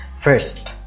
First